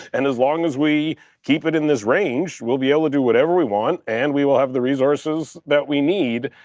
and as long as we keep it in this range, we'll be able to do whatever we want and we will have the resources that we need,